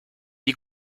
des